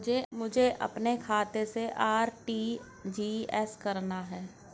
मुझे अपने खाते से आर.टी.जी.एस करना?